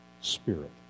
spirit